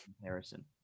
comparison